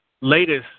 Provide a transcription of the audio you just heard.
latest